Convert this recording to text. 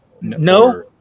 No